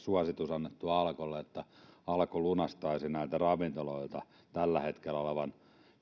suositus annettua alkolle että alko lunastaisi ravintoloilta tällä hetkellä olevat